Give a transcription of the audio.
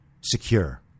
secure